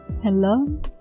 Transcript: Hello